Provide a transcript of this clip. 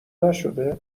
نشده